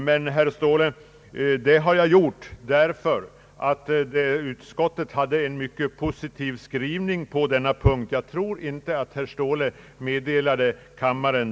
Men, herr Ståhle, det har jag gjort på grund av utskottets mycket positiva skrivning på denna punkt, vilket herr Ståhle inte nämnde.